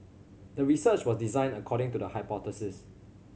the research was designed according to the hypothesis